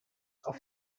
auf